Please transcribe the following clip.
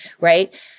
right